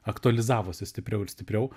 aktualizavosi stipriau ir stipriau